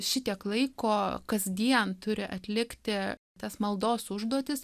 šitiek laiko kasdien turi atlikti tas maldos užduotis